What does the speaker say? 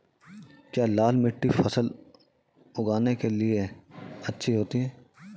क्या लाल मिट्टी फसल उगाने के लिए अच्छी होती है?